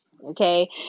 Okay